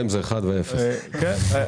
כן.